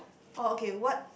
oh okay what